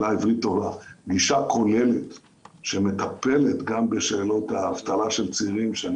גישה כוללת שמטפלת גם בשאלות האבטלה של צעירים שאני